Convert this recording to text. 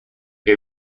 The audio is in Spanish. que